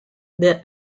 the